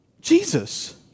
Jesus